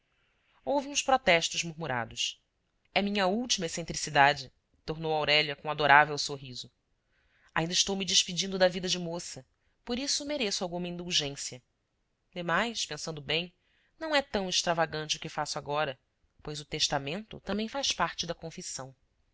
houve uns protestos murmurados é minha última excentricidade tornou aurélia com adorável sorriso ainda estou me despedindo da vida de moça por isso mereço alguma indulgência demais pensando bem não é tão extravagante o que faço agora pois o testamento também faz parte da confissão